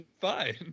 fine